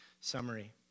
summary